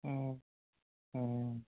অঁ অঁ